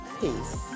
Peace